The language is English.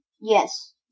Yes